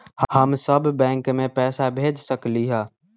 हम सब बैंक में पैसा भेज सकली ह?